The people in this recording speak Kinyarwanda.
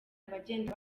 abagenda